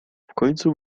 końcu